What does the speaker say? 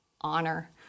honor